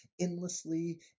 endlessly